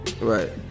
Right